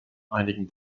einigen